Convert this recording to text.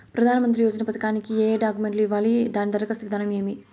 ప్రధానమంత్రి యోజన పథకానికి ఏ డాక్యుమెంట్లు ఇవ్వాలి దాని దరఖాస్తు విధానం ఏమి